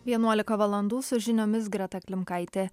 vienuolika valandų su žiniomis greta klimkaitė